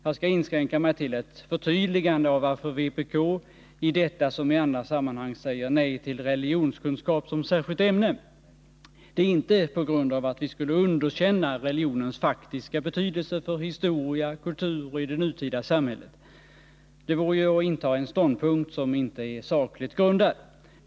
Jag skall inskränka mig till ett förtydligande av varför vpk i detta som i andra sammanhang säger nej till religionskunskap som särskilt ämne. Det är inte på grund av att vi skulle underkänna religionens faktiska betydelse för historia och kultur och i det nutida samhället. Det vore ju att inta en ståndpunkt som inte är sakligt grundad.